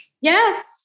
Yes